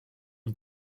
une